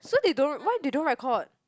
so they don't why they don't record